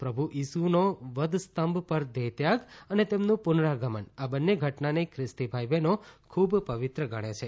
પ્રભુ ઇસુનો વધસ્તંભ પર દેહત્યાગ અને તેમનું પુનરાગમન આ બંને ઘટનાને ખ્રિસ્તી ભાઈ બહેનો ખૂબ પવિત્ર ગણે છે